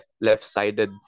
left-sided